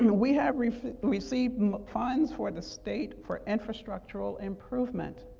you know we have received funds for the state for infrastructural improvement.